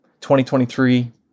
2023